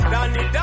Danny